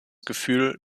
gefühl